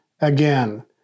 again